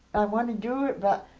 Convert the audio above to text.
i want to do it but